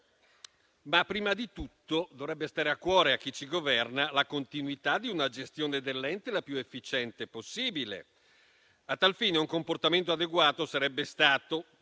ma prima di tutto dovrebbe stare a cuore a chi ci governa la continuità affinché la gestione dell'ente sia la più efficiente possibile. A tal fine, un comportamento adeguato sarebbe stato